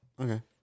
Okay